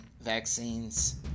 vaccines